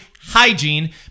hygiene